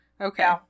Okay